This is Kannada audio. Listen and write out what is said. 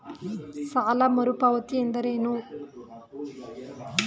ಸಾಲ ಮರುಪಾವತಿ ಎಂದರೇನು?